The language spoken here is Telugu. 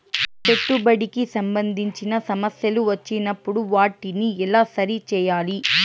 పెట్టుబడికి సంబంధించిన సమస్యలు వచ్చినప్పుడు వాటిని ఎలా సరి చేయాలి?